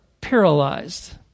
paralyzed